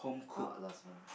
oh last one